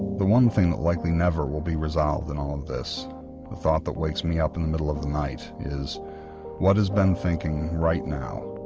the one thing that likely never will be resolved in all of this, the thought that wakes me up in the middle of the night is what is ben thinking right now?